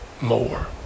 more